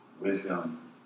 wisdom